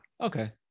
Okay